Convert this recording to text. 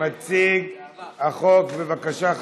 מציג החוק, בבקשה.